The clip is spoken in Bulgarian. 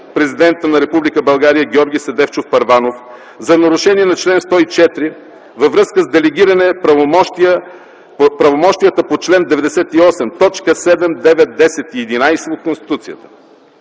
президента на Република България, Георги Седефчов Първанов за нарушение на чл. 104 във връзка с делегиране правомощията по чл. 98, т. 7, 9, 10 и 11 от Конституцията.